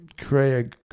create